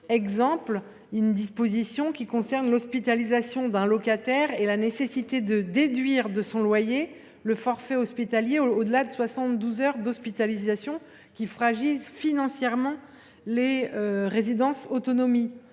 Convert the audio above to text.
exemple, une disposition relative à l’hospitalisation d’un locataire prévoit la nécessité de déduire de son loyer le forfait hospitalier au delà de soixante douze heures d’hospitalisation, ce qui fragilise financièrement les résidences autonomie.